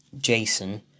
Jason